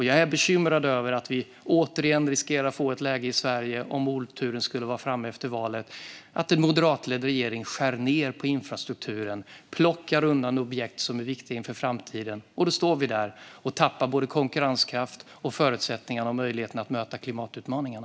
Jag är bekymrad över att vi återigen, om oturen skulle vara framme efter valet, riskerar att få ett läge i Sverige där en moderatledd regering skär ned på infrastrukturen och plockar undan objekt som är viktiga inför framtiden. Då står vi där och tappar både konkurrenskraft och förutsättningarna och möjligheterna att möta klimatutmaningarna.